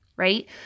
Right